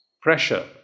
Pressure